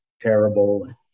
terrible